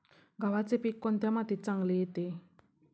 गव्हाचे पीक कोणत्या मातीत चांगले येते?